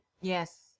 yes